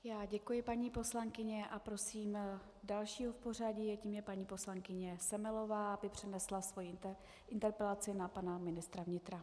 Já děkuji, paní poslankyně, a prosím dalšího v pořadí, a tou je paní poslankyně Semelová, aby přednesla svoji interpelaci na pana ministra vnitra.